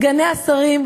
סגני השרים,